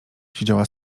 siedziała